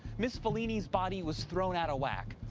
ms follini's body was thrown out of whack.